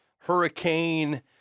hurricane